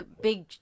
Big